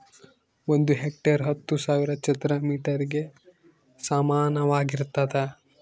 ಒಂದು ಹೆಕ್ಟೇರ್ ಹತ್ತು ಸಾವಿರ ಚದರ ಮೇಟರ್ ಗೆ ಸಮಾನವಾಗಿರ್ತದ